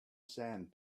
sand